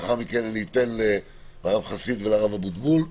לאחר מכן אני אתן לרב חסיד ולרב אבוטבול לדבר,